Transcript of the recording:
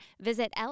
visit